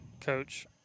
Coach